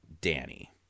Danny